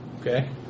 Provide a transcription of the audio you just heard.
okay